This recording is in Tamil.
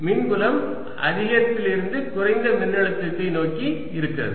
எனவே மின்புலம் அதிகத்ததிலிருந்து குறைந்த மின்னழுத்தத்தை நோக்கி இருக்கிறது